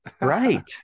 Right